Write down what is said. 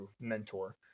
mentor